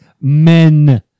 Men